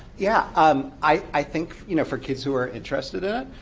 yeah um i think you know for kids who are interested in it,